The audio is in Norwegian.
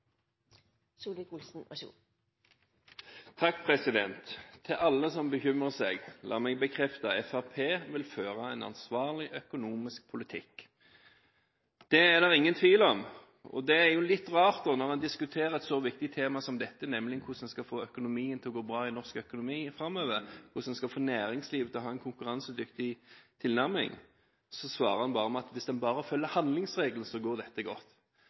Til alle som bekymrer seg: La meg bekrefte at Fremskrittspartiet vil føre en ansvarlig økonomisk politikk. Det er det ingen tvil om. Det er litt rart at når man diskuterer et så viktig tema som dette, nemlig hvordan man skal få norsk økonomi til å gå bra framover, og hvordan man skal få næringslivet til å ha en konkurransedyktig tilnærming, svarer man at hvis man bare følger handlingsregelen, så går dette godt.